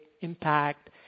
impact